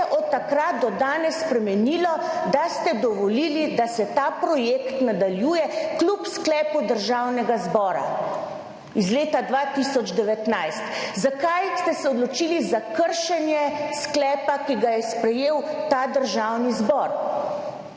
od takrat do danes spremenilo, da ste dovolili, da se ta projekt nadaljuje kljub sklepu Državnega zbora iz leta dva tisoč devetnajst, zakaj ste se odločili za kršenje sklepa, ki ga je sprejel ta Državni zbor.